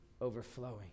overflowing